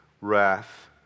wrath